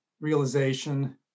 realization